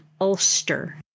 Ulster